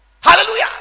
hallelujah